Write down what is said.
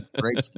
Great